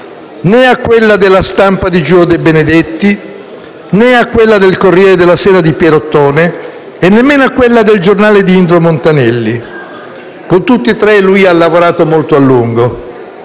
né a quella de «La Stampa» di Giulio De Benedetti, né a quella del «Corriere della Sera» di Piero Ottone, e nemmeno a quella de «Il Giornale» di Indro Montanelli. Con tutti e tre lui ha lavorato molto a lungo,